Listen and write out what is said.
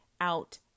out